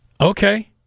Okay